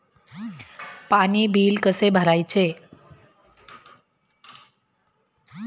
पाणी बिल कसे भरायचे?